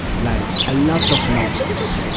like a lot of noses,